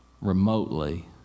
remotely